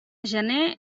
gener